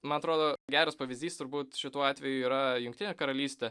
man atrodo geras pavyzdys turbūt šituo atveju yra jungtinė karalystė